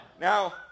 Now